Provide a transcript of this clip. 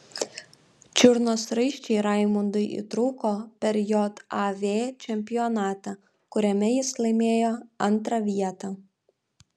čiurnos raiščiai raimundui įtrūko per jav čempionatą kuriame jis laimėjo antrą vietą